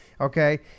okay